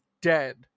dead